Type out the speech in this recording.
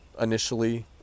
initially